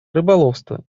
рыболовство